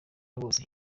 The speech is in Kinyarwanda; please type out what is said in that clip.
bose